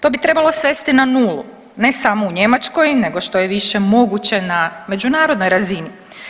To bi trebalo svesti na nulu, ne samo u Njemačkoj, nego što je više moguće na međunarodnoj razini.